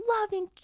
loving